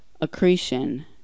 accretion